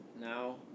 Now